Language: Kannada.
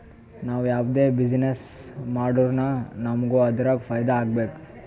ನಾವ್ ಯಾವ್ದೇ ಬಿಸಿನ್ನೆಸ್ ಮಾಡುರ್ನು ನಮುಗ್ ಅದುರಾಗ್ ಫೈದಾ ಆಗ್ಬೇಕ